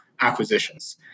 acquisitions